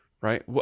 right